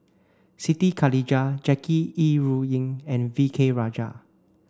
Siti Khalijah Jackie Yi Ru Ying and V K Rajah